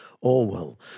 Orwell